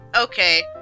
Okay